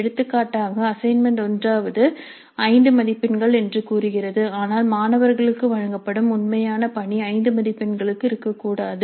எடுத்துக்காட்டாக அசைன்மென்ட் 1 இது 5 மதிப்பெண்கள் என்று கூறுகிறது ஆனால் மாணவர்களுக்கு வழங்கப்படும் உண்மையான பணி 5 மதிப்பெண்களுக்கு இருக்கக்கூடாது